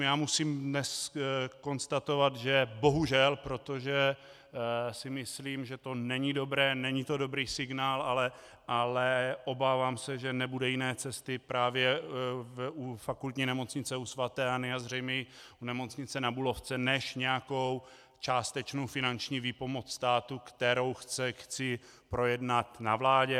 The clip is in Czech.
Já musím dnes konstatovat, že bohužel, protože si myslím, že to není dobré, není to dobrý signál, ale obávám se, že nebude jiné cesty právě u Fakultní nemocnice u sv. Anny a zřejmě i u Nemocnice Na Bulovce než nějaká částečná finanční výpomoc státu, kterou chci projednat na vládě.